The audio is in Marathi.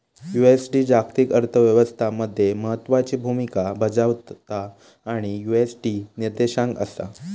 यु.एस.डी जागतिक अर्थ व्यवस्था मध्ये महत्त्वाची भूमिका बजावता आणि यु.एस.डी निर्देशांक असा